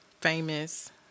famous